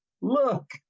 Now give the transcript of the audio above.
Look